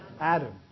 Adam